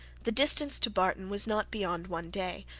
the distance to barton was not beyond one day,